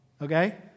okay